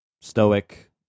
stoic